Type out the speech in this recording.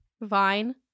Vine